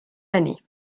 année